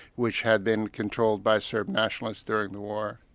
which had been controlled by serb nationalists during the war.